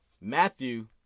Matthew